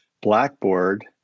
Blackboard